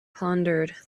pondered